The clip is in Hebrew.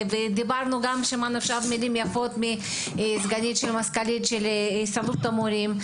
דיברנו ושמענו מילים יפות עכשיו גם מסגנית מזכ"לית הסתדרות המורים.